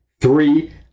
Three